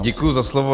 Děkuji za slovo.